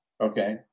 Okay